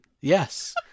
Yes